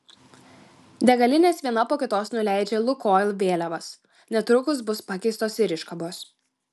degalinės viena po kitos nuleidžia lukoil vėliavas netrukus bus pakeistos ir iškabos